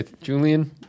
Julian